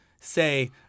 say –